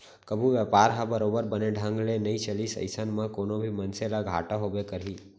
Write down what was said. कभू बयपार ह बरोबर बने ढंग ले नइ चलिस अइसन म कोनो भी मनसे ल घाटा होबे करही